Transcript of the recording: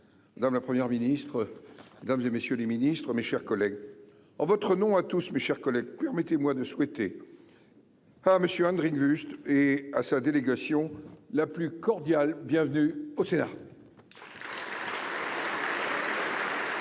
dans la première ministre, mesdames et messieurs les ministres, mes chers collègues, en votre nom à tous, mes chers collègues permettez-moi de souhaiter. Ah monsieur Hendrik Wüst et à sa délégation la plus cordiale bienvenue au Sénat. Madame